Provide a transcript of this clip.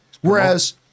Whereas